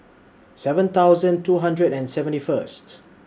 seven thousand two hundred and seventy First